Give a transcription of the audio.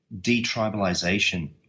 detribalization